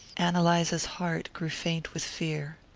ann eliza's heart grew faint with fear.